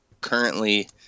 currently